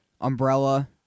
Umbrella